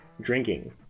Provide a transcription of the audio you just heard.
drinking